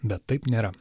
bet taip nėra